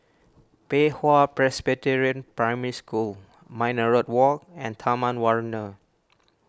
Pei Hwa Presbyterian Primary School Minaret Walk and Taman Warna